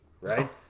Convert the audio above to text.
right